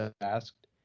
asked